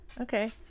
okay